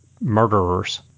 murderers